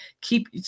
keep